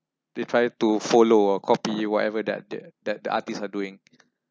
they try to follow or copy whatever that the that the artists are doing